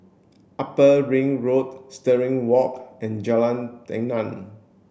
Upper Ring Road Stirling Walk and Jalan Tenon